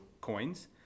coins